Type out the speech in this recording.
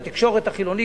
התקשורת החילונית,